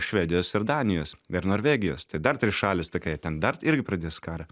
švedijos ir danijos ir norvegijos tai dar trys šalys tokie ten dar irgi pradės karą